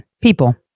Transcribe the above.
People